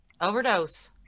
Overdose